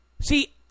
See